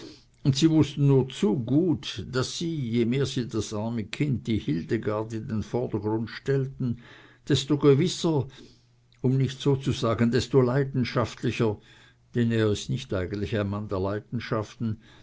und sie wußten nur zu gut daß sie je mehr sie das arme kind die hildegard in den vordergrund stellten desto gewisser um nicht zu sagen desto leidenschaftlicher denn er ist nicht eigentlich der mann der leidenschaften